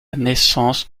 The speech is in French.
naissance